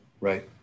Right